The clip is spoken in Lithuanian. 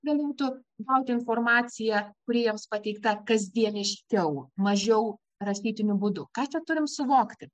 galėtų gauti informaciją kuri jiems pateikta kasdieniškiau mažiau rašytiniu būdu ką čia turim suvokti